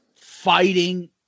fighting